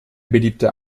beliebter